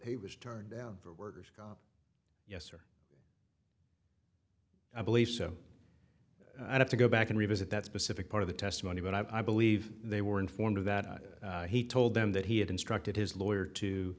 he was turned down for workers yes or i believe so i'd have to go back and revisit that specific part of the testimony but i believe they were informed of that he told them that he had instructed his lawyer to